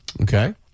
Okay